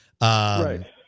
Right